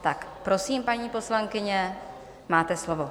Tak prosím, paní poslankyně, máte slovo.